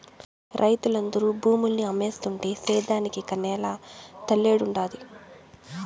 రైతులందరూ భూముల్ని అమ్మేస్తుంటే సేద్యానికి ఇక నేల తల్లేడుండాది